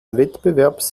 wettbewerbs